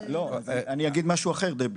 אני אגיד משהו אחר, דבי.